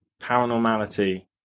paranormality